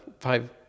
Five